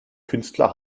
künstler